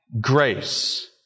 grace